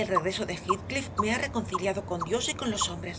el regreso de heathcliff me ha reconciliado con dios y con los hombres